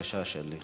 בבקשה, שלי.